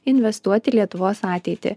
investuoti į lietuvos ateitį